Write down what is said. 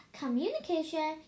communication